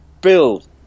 build